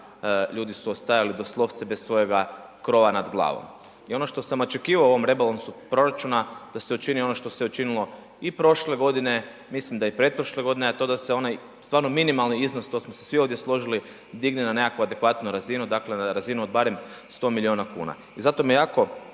ljudi su ostajali doslovce bez svojega krova nad glavom i ono što sam očekivao u ovom rebalansu proračuna da se učini ono što se učinilo i prošle godine, mislim da i pretprošle godine, a to da se onaj stvarno minimalni iznos, to smo se svi ovdje složili, digne ne nekakvu adekvatnu razinu, dakle na razinu od barem 100 milijuna kuna i zato me jako